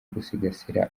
gusigasira